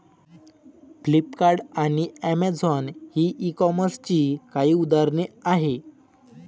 Flipkart आणि Amazon ही e कॉमर्सची काही उदाहरणे आहे